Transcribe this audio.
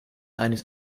eines